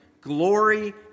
glory